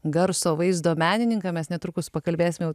garso vaizdo menininką mes netrukus pakalbėsim jau